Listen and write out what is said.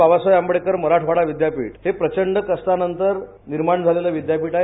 बाबासाहेब आंबेडकर मराठवाडा विद्यापीठ हे प्रचंड कष्टानंतर निर्माण झालेलं विद्यापीठ आहे